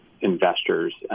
investors